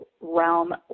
realm